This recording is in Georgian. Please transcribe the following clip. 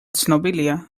ცნობილია